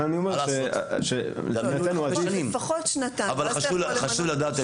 חשוב לדעת,